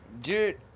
dude